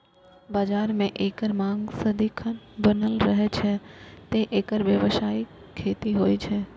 बाजार मे एकर मांग सदिखन बनल रहै छै, तें एकर व्यावसायिक खेती होइ छै